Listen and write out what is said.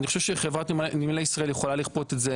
אני חושב שחברת נמלי ישראל יכולה לכפות את זה,